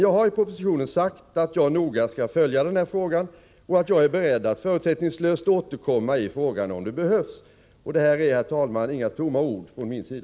Jag har i propositionen sagt att jag noga skall följa denna fråga och att jag är beredd att förutsättningslöst återkomma om det behövs. Detta, herr talman, är inga tomma ord från min sida.